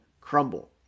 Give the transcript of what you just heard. crumble